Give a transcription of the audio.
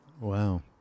Wow